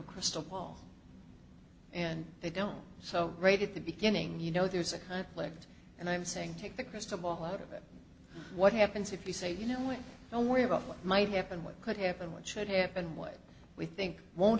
a crystal ball and they don't so right at the beginning you know there's a conflict and i'm saying take the crystal ball out of it what happens if you say you know we don't worry about what might happen what could happen what should happen what we think won't